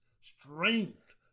strength